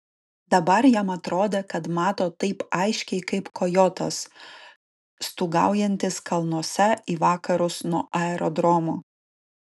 dabar jam atrodė kad mato taip aiškiai kaip kojotas stūgaujantis kalnuose į vakarus nuo aerodromo